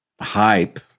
hype